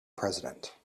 president